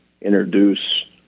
introduce